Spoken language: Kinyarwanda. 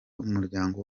umuryango